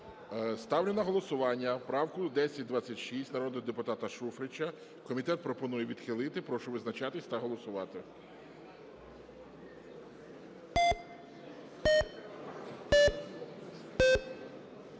Ставлю на голосування правку 1026 народного депутата Шуфрича. Комітет пропонує відхилити. Прошу визначатися та голосувати.